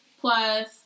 plus